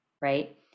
right